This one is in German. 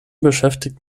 beschäftigt